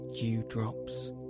dewdrops